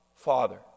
father